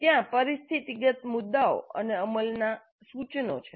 ત્યાં પરિસ્થિતિગત મુદ્દાઓ અને અમલના સૂચનો છે